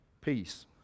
peace